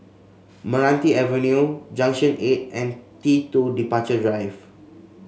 Meranti Avenue Junction Eight and T two Departure Drive